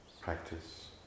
practice